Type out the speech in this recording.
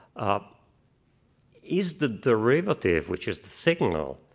um is the derivative, which is the signal,